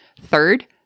Third